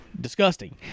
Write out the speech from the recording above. disgusting